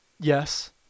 Yes